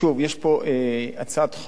יש פה הצעת חוק,